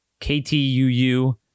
KTUU